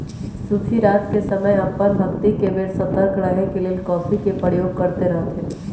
सूफी रात के समय अप्पन भक्ति के बेर सतर्क रहे के लेल कॉफ़ी के प्रयोग करैत रहथिन्ह